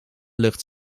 lucht